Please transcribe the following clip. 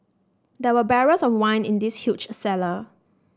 there were barrels of wine in this huge cellar